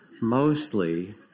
Mostly